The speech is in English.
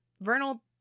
Vernal